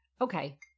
okay